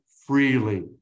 freely